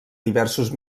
diversos